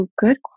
Good